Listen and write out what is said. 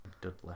Dudley